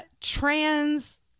trans